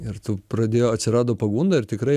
ir tu pradėjo atsirado pagunda ir tikrai